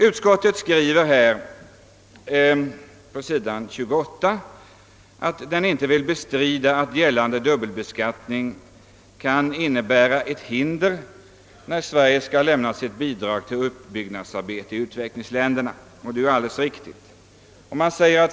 Utskottet skriver på s. 28 i utlåtandet: »Utskottet vill inte bestrida att gällande dubbelbeskattning kan innebära ett hinder, när Sverige skall lämna sitt bidrag till uppbyggnadsarbetet i utvecklingsländerna.